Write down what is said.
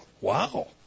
wow